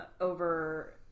over